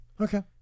Okay